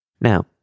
Now